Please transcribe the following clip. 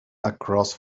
across